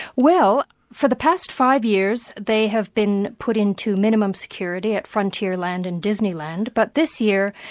well, for the past five years, they have been put into minimum security at frontierland in disneyland, but this year,